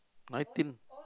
nineteen